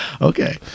Okay